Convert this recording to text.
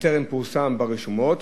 וטרם פורסם ברשומות.